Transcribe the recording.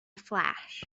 flash